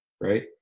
right